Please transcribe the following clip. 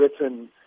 written